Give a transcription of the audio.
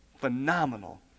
phenomenal